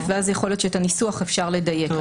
ואז יכול להיות שאת הניסוח אפשר לדייק.